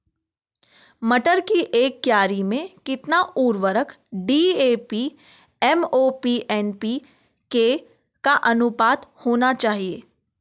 मटर की एक क्यारी में कितना उर्वरक डी.ए.पी एम.ओ.पी एन.पी.के का अनुपात होना चाहिए?